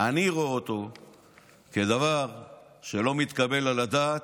אני רואה את זה כדבר שלא מתקבל על הדעת.